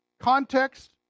Context